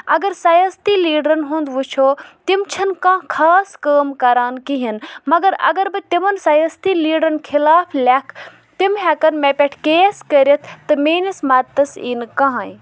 اگر سیاستی لیٖڈرَن ہُنٛد وٕچھو تِم چھ نہٕ کانٛہہ خاص کٲم کران کِہِیٖنۍ مگر اگر بہٕ تِمَن سیاستی لیٖڈرَن خِلاف لیکھٕ تہِ ہیکَن مےٚ پٮ۪ٹھ کیس کٔرِتھ تہٕ میٲنِس مددتَس یی نہٕ کٔہٕنۍ